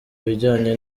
ibijyanye